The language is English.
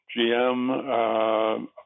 GM